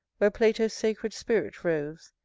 where plato's sacred spirit roves,